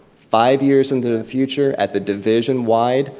five years into the future at the division wide,